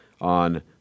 on